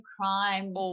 crime